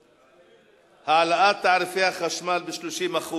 ולפנינו הצעות לסדר-היום בנושא: העלאת תעריפי החשמל ב-30%,